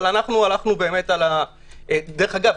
אגב,